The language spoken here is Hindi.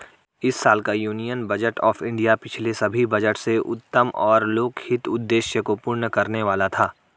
इस साल का यूनियन बजट ऑफ़ इंडिया पिछले सभी बजट से उत्तम और लोकहित उद्देश्य को पूर्ण करने वाला था